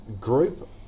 group